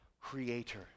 creator